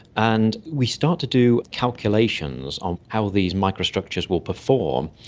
and we start to do calculations on how these microstructures will perform.